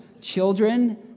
children